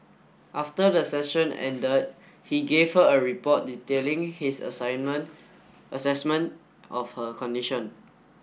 after the session ended he gave her a report detailing his assignment assessment of her condition